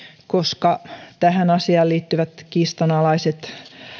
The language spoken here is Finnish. koska tähän asiaan liittyvät kiistanalaiset